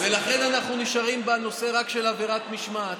ולכן אנחנו נשארים רק בנושא של עבירת משמעת.